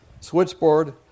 switchboard